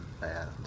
bad